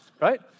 right